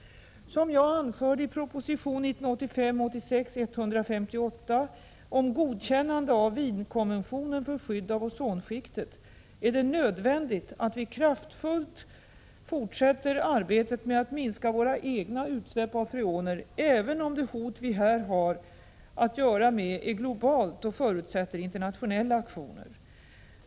Som jag anförde i proposition 1985/86:158 om godkännande av Wienkonventionen för skydd av ozonskiktet är det nödvändigt att vi kraftfullt fortsätter arbetet med att minska våra egna utsläpp av freoner, även om det hot vi här har att göra med är globalt och förutsätter internationella aktioner.